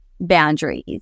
boundaries